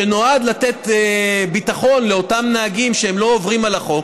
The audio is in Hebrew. שנועד לתת ביטחון לאותם נהגים שהם לא עוברים על החוק,